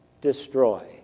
destroy